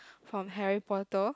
from Harry Potter